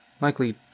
Likely